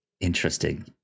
Interesting